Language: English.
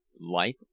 Life